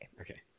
Okay